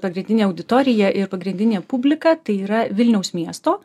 pagrindinė auditorija ir pagrindinė publika tai yra vilniaus miesto